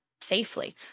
safely